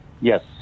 Yes